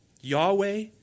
Yahweh